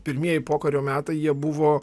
pirmieji pokario metai jie buvo